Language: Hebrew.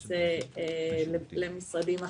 ביחס למשרדים אחרים.